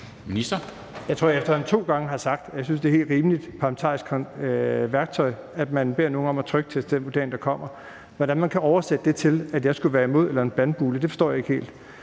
jeg efterhånden to gange har sagt, at jeg synes, det er et helt rimeligt parlamentarisk værktøj at bede nogen om at trykteste den vurdering, der kommer. Hvordan man kan oversætte det til, at jeg skulle være imod eller komme med en bandbulle, forstår jeg ikke helt.